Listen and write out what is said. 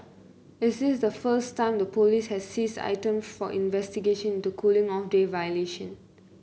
is this the first time the police has seized items for investigation into cooling off day violation